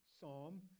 psalm